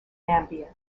ambient